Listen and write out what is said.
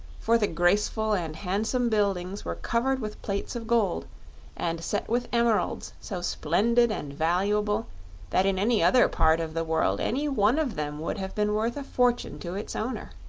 for the graceful and handsome buildings were covered with plates of gold and set with emeralds so splendid and valuable that in any other part of the world any one of them would have been worth a fortune to its owner.